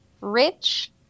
Rich